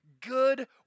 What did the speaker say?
good